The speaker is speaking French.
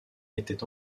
était